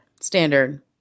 Standard